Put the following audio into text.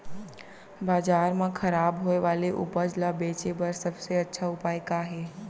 बाजार मा खराब होय वाले उपज ला बेचे बर सबसे अच्छा उपाय का हे?